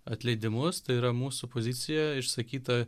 atleidimus tai yra mūsų pozicija išsakyta